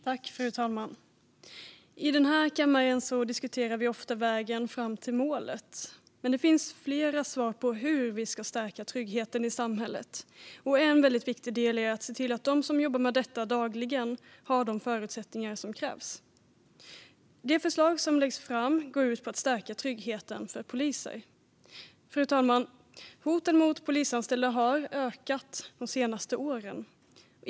Fru talman! I denna kammare diskuterar vi ofta vägen fram till målet, men det finns flera svar på hur vi ska stärka tryggheten i samhället. En väldigt viktig del är att se till att de som jobbar med detta dagligen har de förutsättningar som krävs. Det förslag som läggs fram går ut på att stärka tryggheten för poliser. Fru talman! Hoten mot polisanställda har ökat de senaste åren.